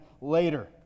later